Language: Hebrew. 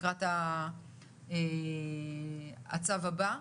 לקראת הצו הבא.